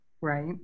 Right